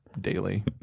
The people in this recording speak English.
Daily